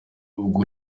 ubwo